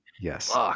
yes